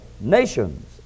nations